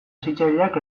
hezitzaileak